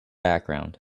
background